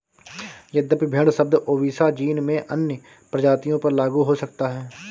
यद्यपि भेड़ शब्द ओविसा जीन में अन्य प्रजातियों पर लागू हो सकता है